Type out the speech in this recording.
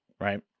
right